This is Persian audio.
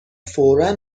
فورا